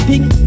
Pick